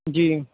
جی